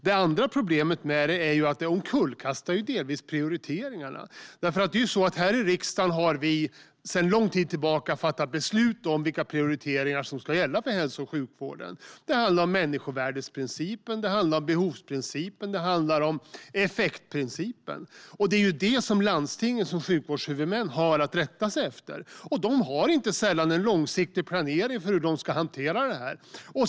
Det andra området är att statsbidragen omkullkastar delvis prioriteringarna. Här i riksdagen har vi sedan lång tid tillbaka fattat beslut om vilka prioriteringar som ska gälla för hälso och sjukvården. Det handlar om människovärdesprincipen, behovsprincipen och effektprincipen. De principerna har sjukvårdshuvudmännen, landstingen, att rätta sig efter. De har inte sällan en långsiktig planering för hur de ska hantera statsbidragen.